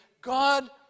God